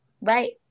right